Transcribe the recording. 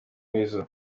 weasel